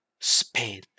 Spain